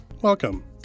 Welcome